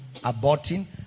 aborting